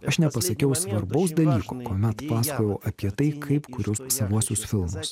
aš nepasakiau svarbaus dalyko kuomet pasakojau apie tai kaip kuriu savuosius filmus